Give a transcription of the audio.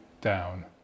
Down